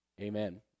amen